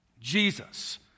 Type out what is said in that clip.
Jesus